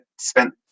spent